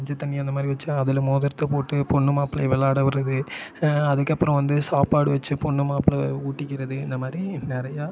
மஞ்சள்த்தண்ணி அது மாதிரி வெச்சு அதில் மோதிரத்த போட்டு பொண்ணு மாப்பிள்ளையை விளாட விடுவது அதுக்கப்புறம் வந்து சாப்பாடு வெச்சு பொண்ணு மாப்பிள்ளை ஊட்டிக்கிறது இந்த மாதிரி நிறையா